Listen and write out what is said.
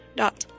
dot